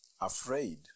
afraid